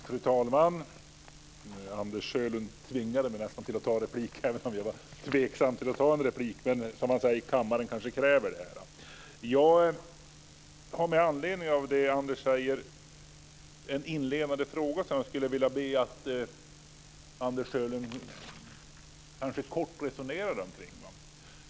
Fru talman! Anders Sjölund tvingade mig nästan att ta replik. Jag var tveksam till det, men kammaren kanske kräver det. Anders Sjölund säger. Jag skulle vilja be Anders Sjölund att kort resonera kring den.